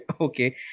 okay